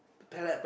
palate